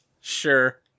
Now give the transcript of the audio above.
Sure